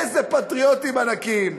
איזה פטריוטים ענקיים.